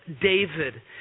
David